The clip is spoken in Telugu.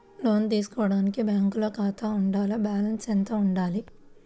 లోను తీసుకోవడానికి బ్యాంకులో ఖాతా ఉండాల? బాలన్స్ ఎంత వుండాలి?